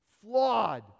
Flawed